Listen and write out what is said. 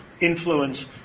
influence